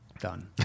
Done